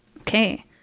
okay